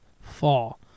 fall